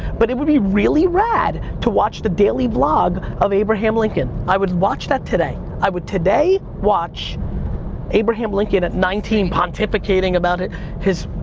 but it would be really rad to watch the daily vlog of abraham lincoln. i would watch that today, i would today watch abraham lincoln at nineteen pontificating about his,